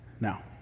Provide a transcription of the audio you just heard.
Now